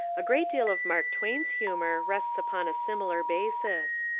a great deal of mark twain's humour rests upon a similar basis.